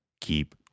Keep